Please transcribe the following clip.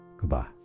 goodbye